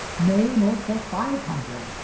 nay, nor for five hundred,